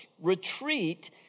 retreat